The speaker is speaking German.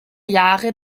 jahre